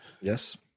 Yes